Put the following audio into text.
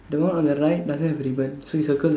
the one on the right doesn't have ribbon so you circle